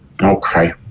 Okay